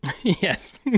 Yes